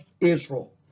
Israel